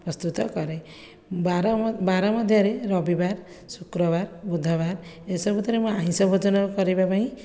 ପ୍ରସ୍ତୁତ କରେ ବାରମ ବାର ମଧ୍ୟରେ ରବିବାର ଶୁକ୍ରବାର ବୁଧବାର ଏ ସବୁଥିରେ ମୁଁ ଆମିଷ ଭୋଜନ କରିବା ପାଇଁ